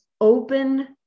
open